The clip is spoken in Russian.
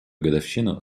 годовщину